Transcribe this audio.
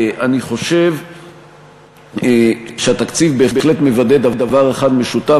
אני חושב שהתקציב בהחלט מוודא דבר אחד משותף,